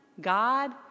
God